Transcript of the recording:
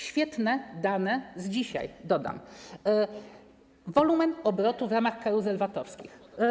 Świetne dane z dzisiaj, dodam - wolumen obrotu w ramach karuzel VAT-owskich.